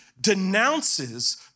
denounces